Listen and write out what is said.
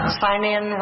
sign-in